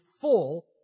full